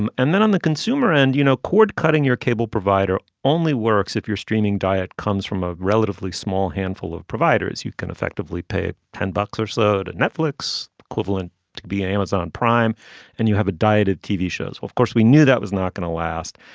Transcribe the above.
and and then on the consumer end you know cord cutting your cable provider only works if you're streaming diet comes from a relatively small handful of providers you can effectively pay ten bucks or slowed netflix equivalent to be an amazon prime and you have a diet of tv shows. of course we knew that was not going to last.